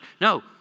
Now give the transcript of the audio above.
no